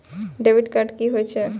Debit card की होय छेय?